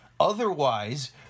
Otherwise